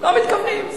לא מתכוונים.